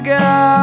go